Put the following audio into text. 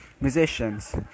musicians